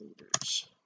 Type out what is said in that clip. leaders